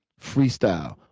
freestyle.